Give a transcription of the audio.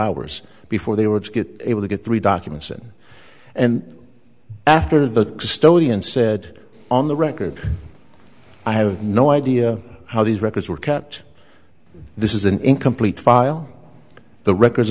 hours before they were to get able to get three documents in and after the story and said on the record i have no idea how these records were kept this is an incomplete file the records